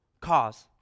cause